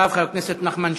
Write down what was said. אחריו, חבר הכנסת נחמן שי.